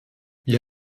wir